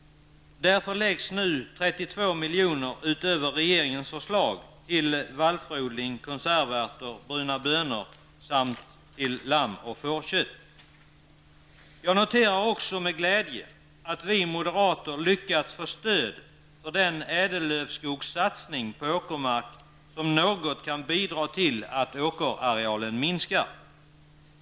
Därför läggs nu 32 milj.kr. utöver regeringens förslag till odling av vallfrö, konservärtor och bruna bönor samt till lamm och fårkött. Jag noterar också med glädje att vi moderater har lyckats få stöd för den ädellövskogssatsning på åkermark som något kan bidra till att åkerarealen minskar.